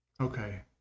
Okay